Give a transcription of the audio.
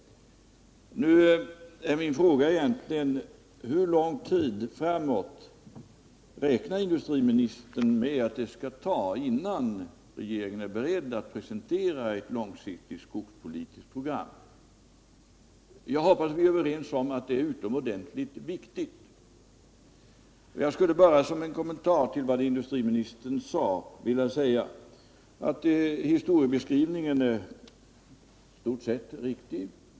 Min fråga är nu: Hur lång tid räknar industriministern med att det skall ta innan regeringen är beredd att presentera ett långsiktigt skogsprogram? Jag hoppas vi är överens om att det är utomordentligt viktigt. Jag skulle bara som en kommentar till vad industriministern anförde vilja säga att historieskrivningen i stort sett är riktig.